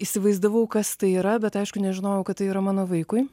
įsivaizdavau kas tai yra bet aišku nežinojau kad tai yra mano vaikui